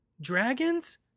Dragons